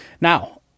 Now